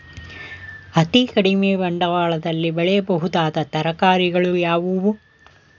ಅತೀ ಕಡಿಮೆ ಬಂಡವಾಳದಲ್ಲಿ ಬೆಳೆಯಬಹುದಾದ ತರಕಾರಿಗಳು ಯಾವುವು?